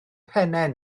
pennau